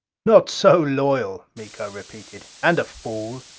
not so loyal, miko repeated. and a fool!